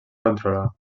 controlar